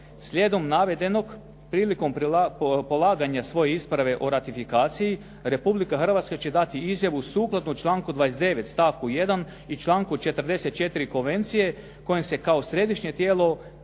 Slijedom navedenog, prilikom polaganja svoje isprave o ratifikaciji Republika Hrvatska će dati izjavu sukladno članku 29. stavku 1. i članku 44. Konvencije kojom se kao središnje tijelo